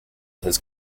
his